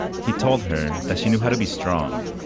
he told her that she knew how to be strong,